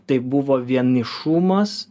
tai buvo vienišumas